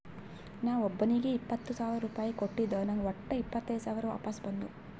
ನಾ ಒಬ್ಬೋನಿಗ್ ಇಪ್ಪತ್ ಸಾವಿರ ರುಪಾಯಿ ಕೊಟ್ಟಿದ ನಂಗ್ ವಟ್ಟ ಇಪ್ಪತೈದ್ ಸಾವಿರ ವಾಪಸ್ ಬಂದು